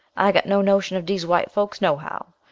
i got no notion of dees white fokes, no how,